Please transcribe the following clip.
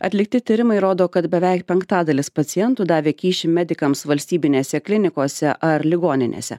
atlikti tyrimai rodo kad beveik penktadalis pacientų davė kyšį medikams valstybinėse klinikose ar ligoninėse